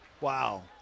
wow